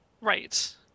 Right